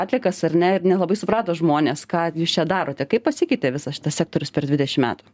atliekas ar ne ir nelabai suprato žmonės ką jūs čia darote kaip pasikeitė visas šitas sektorius per dvidešim metų